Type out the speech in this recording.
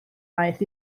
aeth